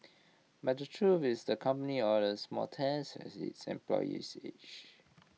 but the truth is the company orders more tests as its employees age